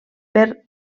per